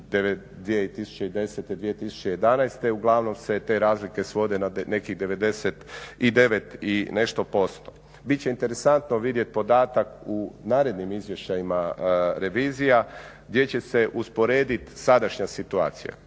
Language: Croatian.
2010./2011., uglavnom se te razlike svode na nekih 99 i nešto posto. Bit će interesantno vidjeti podatak u narednim izvještajima revizija gdje će se usporediti sadašnja situacija.